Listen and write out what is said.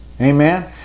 Amen